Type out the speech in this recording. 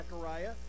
Zechariah